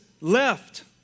left